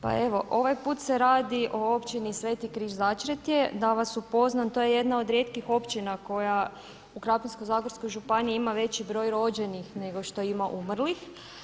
Pa evo ovaj put se radi o općini Sveti Križ Začretje, da vas upoznam, to je jedna od rijetkih općina u Krapinsko zagorskoj županiji ima veći broj rođenih nego što ima umrlih.